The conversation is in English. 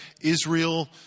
Israel